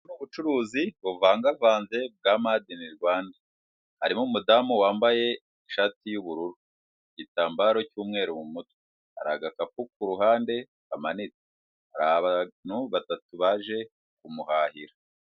Ubucuruzi buvangavanze bwa Made in Rwanda harimo umudamu wambaye ishati y'ubururu, igitambaro cy'umweru mu mutwe. Hari agakapu kuruhande kamanitse. Hari abantu batatu baje kumuhahira.